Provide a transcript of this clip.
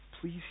Please